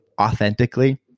authentically